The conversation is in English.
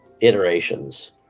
iterations